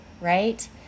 right